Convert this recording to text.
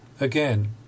Again